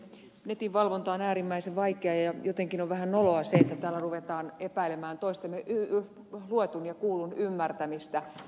netin valvonta on äärimmäisen vaikeaa ja jotenkin on vähän noloa se että täällä ruvetaan epäilemään toistemme luetun ja kuullun ymmärtämistä